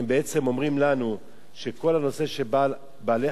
הם בעצם אומרים לנו שכל הנושא של בעלי-חיים,